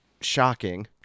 shocking